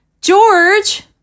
george